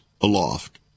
aloft